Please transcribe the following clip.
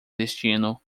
destino